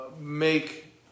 make